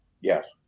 Yes